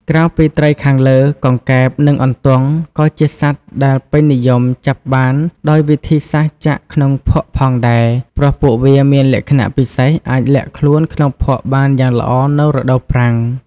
ក្រៅពីត្រីខាងលើ កង្កែប និងអន្ទង់ ក៏ជាសត្វដែលពេញនិយមចាប់បានដោយវិធីសាស្ត្រចាក់ក្នុងភក់ផងដែរ ព្រោះពួកវាមានលក្ខណៈពិសេសអាចលាក់ខ្លួនក្នុងភក់បានយ៉ាងល្អនៅរដូវប្រាំង។